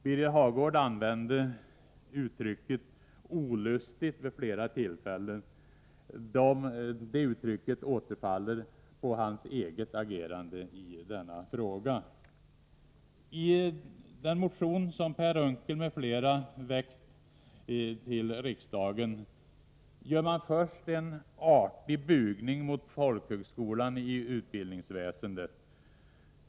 Birger Hagård använde uttrycket ”olustigt” vid flera tillfällen. Det uttrycket återfaller på hans eget agerande i denna fråga. I den motion som Per Unckel m.fl. väckt till riksdagen gör man först en artig bugning mot folkhögskolan i utbildningsväsendet.